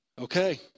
Okay